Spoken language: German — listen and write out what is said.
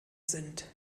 sind